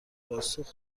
پاسخ